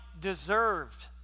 deserved